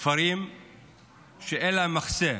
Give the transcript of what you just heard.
כפרים שאין להם מחסה,